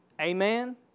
Amen